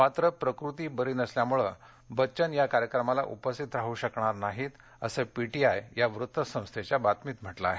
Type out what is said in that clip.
मात्र प्रकृती बरी नसल्यामुळे बच्चन या कार्यक्रमाला उपस्थित राहू शकणार नाहीत असं पी टी आय या वृत्त संस्थेच्या बातमीत म्हटल आहे